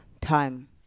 time